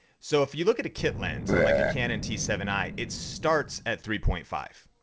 so if you look at a kit lens on like a canon t seven i, it starts at three point five,